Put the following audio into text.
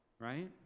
right